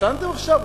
התחתנתם עכשיו,